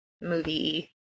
movie